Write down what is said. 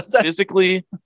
physically